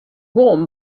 won